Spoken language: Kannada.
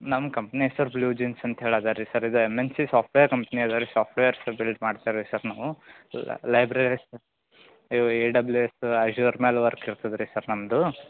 ನಮ್ಮ ಕಂಪ್ನಿ ಹೆಸ್ರು ಬ್ಲೂ ಜೀನ್ಸ್ ಅಂತ ಹೇಳಿ ಅದ ರೀ ಸರ್ ಇದು M N C software company ಅದ ರೀ ಸಾಫ್ಟ್ವೇರ್ಸ್ ಬಿಲ್ಡ್ ಮಾಡ್ತೇವೆ ರಿ ಸರ್ ನಾವು ಲೈಬ್ರೆರಿ ಇವು ಎ ಡಬ್ಲ್ಯೂ ಎಸ್ ಅಷೂರ್ ಮ್ಯಾಲೆ ವರ್ಕ್ ಇರ್ತದೆ ರೀ ಸರ್ ನಮ್ಮದು